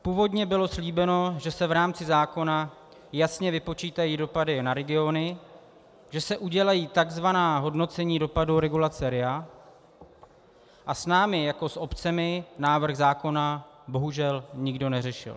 Původně bylo slíbeno, že se v rámci zákona jasně vypočítají dopady na regiony, že se udělají tzv. hodnocení dopadu regulace RIA, a s námi jako s obcemi návrh zákona bohužel nikdo neřešil.